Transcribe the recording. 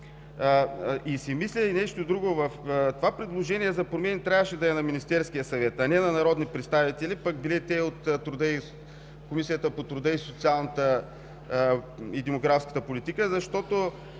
Мисля си и нещо друго – предложението за промени трябваше да е на Министерския съвет, а не на народни представители, пък били те и от Комисията по труда, социалната и демографската политика, защото